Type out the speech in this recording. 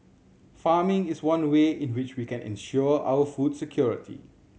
farming is one way in which we can ensure our food security